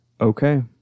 Okay